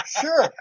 sure